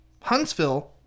Huntsville